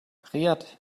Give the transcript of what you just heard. riad